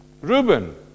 Reuben